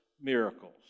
miracles